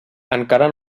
encara